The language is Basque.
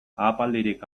ahapaldirik